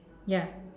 ya